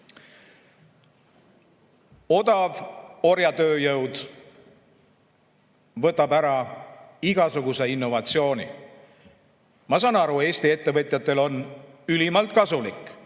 Odav orjatööjõud võtab ära igasuguse innovatsiooni. Ma saan aru, et Eesti ettevõtjatel on ülimalt kasulik